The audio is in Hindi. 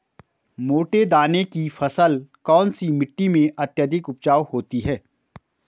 मोटे दाने की फसल कौन सी मिट्टी में अत्यधिक उपजाऊ होती है?